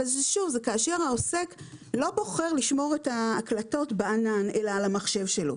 אבל זה כאשר העוסק לא בוחר לשמור את ההקלטות בענן אלא על המחשב שלו.